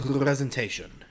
presentation